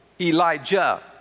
Elijah